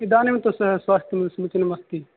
इदानीं तु सः स्वास्थ्यं समीचीनम् अस्ति